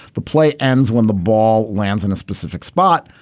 the play ends when the ball lands in a specific spot.